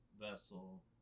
vessel